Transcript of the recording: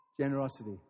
Generosity